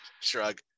shrug